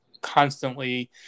constantly